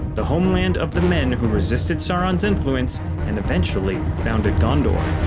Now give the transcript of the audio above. the homeland of the men who resisted sauron's influence and eventually founded gondor.